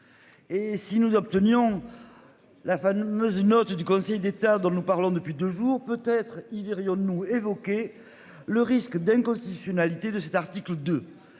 Et si nous obtenions. La fameuse note du Conseil d'État dont nous parlons depuis deux jours, peut être il dit rien ne nous évoqué le risque d'inconstitutionnalité de cet article de.